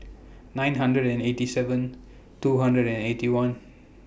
nine hundred and eighty seven two hundred and Eighty One